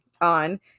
on